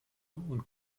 und